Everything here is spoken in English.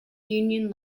union